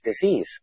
disease